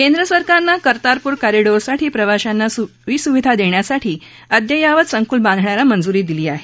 केंद्र सरकारनं कर्तारपूर कॉरीडॉरसाठी प्रवाशांना सोयीसुविधा देण्यासाठी अद्ययावत संकुल बांधण्याला मंजुरी दिली आहे